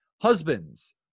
husbands